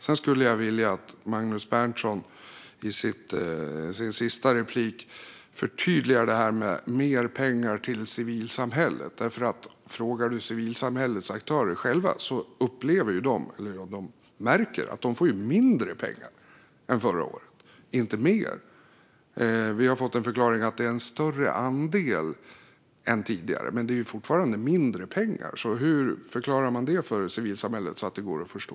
Sedan skulle jag vilja att Magnus Berntsson i sin sista replik förtydligade detta med mer pengar till civilsamhället. Frågar du civilsamhällets aktörer själva får du nämligen höra att de märker att de får mindre pengar än förra året, inte mer. Vi har fått förklaringen att det är en större andel än tidigare, men det är ju fortfarande mindre pengar. Hur förklarar man det för civilsamhället så att det går att förstå?